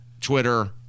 Twitter